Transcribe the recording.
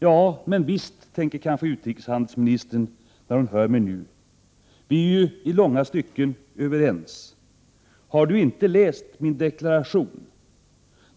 ”Jo men visst”, tänker kanske utrikeshandelsministern när hon hör mig nu. ”Vi är ju i långa stycken överens. Har Du inte läst min deklaration?